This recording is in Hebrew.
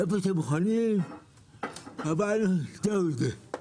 איפה שהם חונים זהו זה.